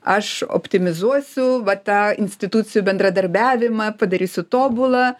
aš optimizuosiu va tą institucijų bendradarbiavimą padarysiu tobulą